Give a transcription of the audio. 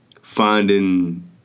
Finding